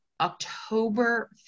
october